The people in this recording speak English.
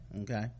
okay